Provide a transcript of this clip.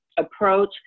approach